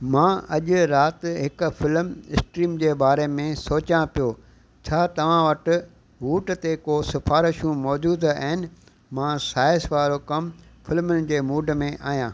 मां अॼु राति हिकु फ़िल्म स्ट्रीम जे बारे में सोचियां पियो छा तव्हां वटि वूट ते को सिफ़ारिशूं मौजूदु आहिनि मां साहस वारो कमु फ़िल्मुनि जे मूड में आहियां